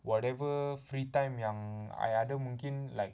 whatever free time yang I ada mungkin like